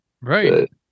Right